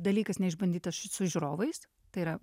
dalykas neišbandytas su žiūrovais tai yra